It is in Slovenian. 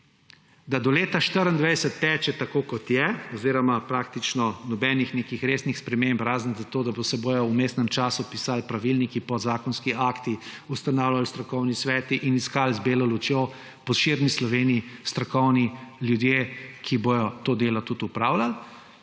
da do leta 2024 teče tako, kot je, oziroma praktično nobenih nekih resnih sprememb, razen to, da se bodo v vmesnem času pisali pravilniki, podzakonski akti, ustanavljali strokovni sveti in iskali z belo lučjo po širni Sloveniji strokovni ljudje, ki bodo to delo tudi opravljali,